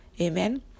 amen